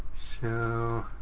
so